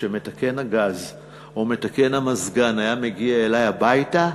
כשמתקן הגז או מתקן המזגן היה מגיע אלי הביתה,